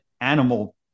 animal